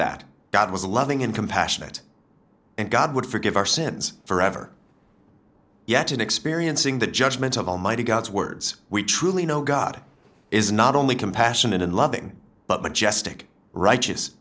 that god was a loving and compassionate and god would forgive our sins forever yet in experiencing the judgment of almighty god's words we truly know god is not only compassionate and loving but majestic righteous